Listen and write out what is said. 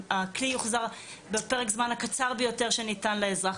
הכי יוחזר בפרק הזמן הקצר ביותר שניתן לאזרח,